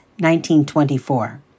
1924